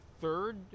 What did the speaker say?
third